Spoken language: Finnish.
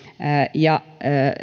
ja